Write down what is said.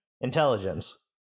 Intelligence